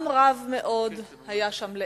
עם רב מאוד היה שם לאפר.